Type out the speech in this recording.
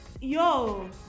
yo